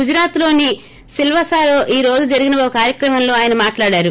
గుజరాత్లోని సిల్సాసాలో ఈ రోజు జరిగిన ఓ కార్వక్రమంలో ఆయన మాట్లాడారు